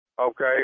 Okay